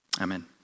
Amen